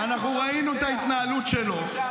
אנחנו ראינו את ההתנהלות שלו --- הנחיה שהוא לא ביצע,